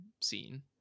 scene